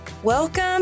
Welcome